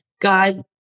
god